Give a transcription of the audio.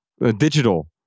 digital